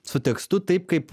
su tekstu taip kaip